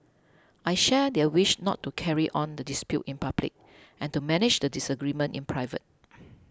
I share their wish not to carry on the dispute in public and to manage the disagreement in private